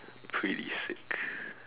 pretty sick